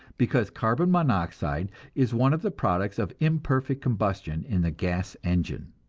because carbon monoxide is one of the products of imperfect combustion in the gas engine.